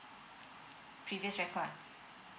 previous respond